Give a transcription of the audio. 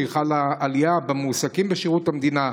חלה עלייה במועסקים בשירות המדינה,